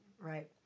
right